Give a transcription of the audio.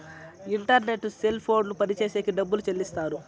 internet cell ఫోన్లు పనిచేసేకి డబ్బులు చెల్లిస్తారు